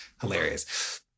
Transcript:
hilarious